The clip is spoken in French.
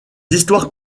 histoires